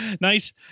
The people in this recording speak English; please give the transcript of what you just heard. nice